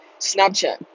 Snapchat